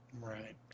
Right